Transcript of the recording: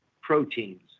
Proteins